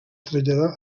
traslladà